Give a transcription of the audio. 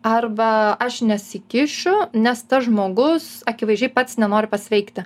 arba aš nesikišu nes tas žmogus akivaizdžiai pats nenori pasveikti